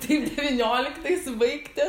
taip devynioliktais baigti